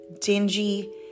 dingy